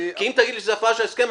כי אם תגיד לי שזו הפרה של ההסכם,